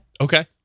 Okay